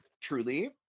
truly